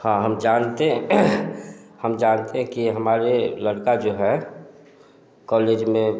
हाँ हम जानते हैं हम जानते हैं कि हमारे लड़का जो है कॉलेज में